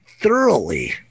thoroughly